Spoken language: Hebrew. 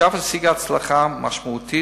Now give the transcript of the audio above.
שאף השיגה הצלחה משמעותית.